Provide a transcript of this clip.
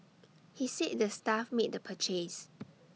he said the staff made the purchase